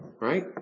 Right